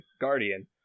guardian